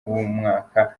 w’umwaka